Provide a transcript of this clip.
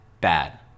bad